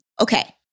Okay